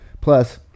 plus